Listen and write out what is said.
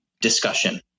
discussion